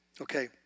Okay